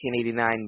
1989